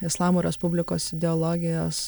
islamo respublikos ideologijos